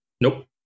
Nope